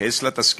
יתייחס לתסקיר,